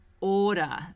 order